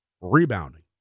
rebounding